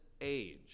age